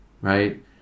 right